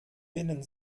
binnen